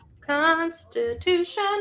Constitution